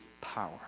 power